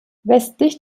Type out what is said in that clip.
westlich